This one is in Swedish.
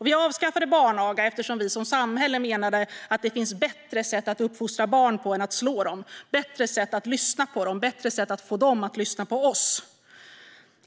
Vi avskaffade barnaga eftersom vi som samhälle menade att det finns bättre sätt att uppfostra barn på än att slå dem, bättre sätt att lyssna på dem, bättre sätt att få dem att lyssna på oss.